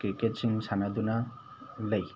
ꯀ꯭ꯔꯤꯛꯀꯦꯠꯁꯤꯡ ꯁꯥꯟꯅꯗꯨꯅ ꯂꯩ